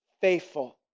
faithful